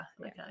okay